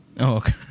Okay